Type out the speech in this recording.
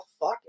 fuck